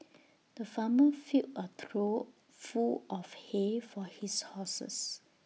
the farmer filled A trough full of hay for his horses